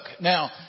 Now